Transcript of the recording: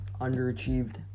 underachieved